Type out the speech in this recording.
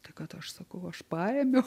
tai kad aš sakau aš paėmiau